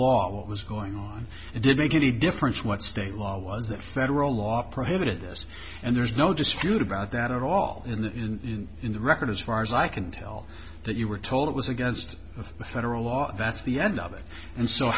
what was going on it didn't make any difference what state law was that federal law prohibited this and there's no dispute about that at all in in the record as far as i can tell that you were told it was against federal law that's the end of it and so